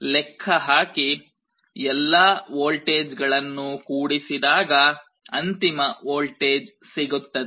ಲೆಖ್ಖ ಹಾಕಿ ಎಲ್ಲ ವೋಲ್ಟೇಜ್ ಗಳನ್ನೂ ಕೂಡಿಸಿದಾಗ ಅಂತಿಮ ವೋಲ್ಟೇಜ್ ಸಿಗುತ್ತದೆ